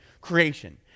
creation